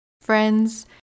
Friends